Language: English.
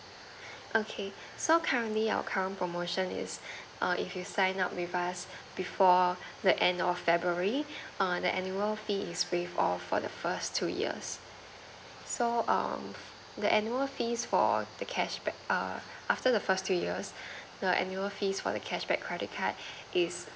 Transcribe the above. okay so currently our current promotion is err if you sign up with us before the end of february err the annual fees is waived off for the first two years so um the annual fees for the cash back err after the first two years the annual fees for the cash back credit card is